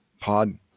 pod